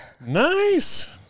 Nice